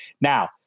Now